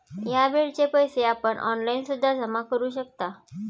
या बेडचे पैसे आपण ऑनलाईन सुद्धा जमा करू शकता